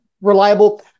Reliable